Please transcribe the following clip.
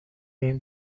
این